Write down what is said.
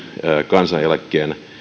kansaneläkkeen